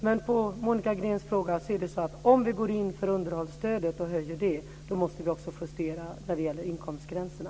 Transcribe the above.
Men på Monica Greens fråga kan jag svara att om vi höjer underhållsstödet så måste vi också justera inkomstgränserna.